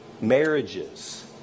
marriages